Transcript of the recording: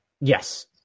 Yes